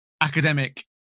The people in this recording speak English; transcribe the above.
academic